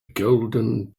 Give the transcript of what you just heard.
golden